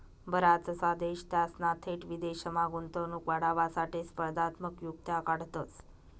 बराचसा देश त्यासना थेट विदेशमा गुंतवणूक वाढावासाठे स्पर्धात्मक युक्त्या काढतंस